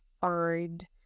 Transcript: find